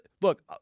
Look